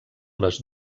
les